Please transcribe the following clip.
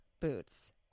boots